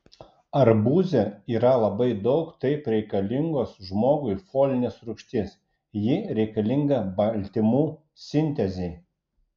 arbūze yra labai daug taip reikalingos žmogui folinės rūgšties ji reikalinga baltymų sintezei